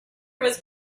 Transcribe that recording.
was